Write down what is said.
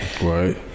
Right